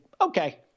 Okay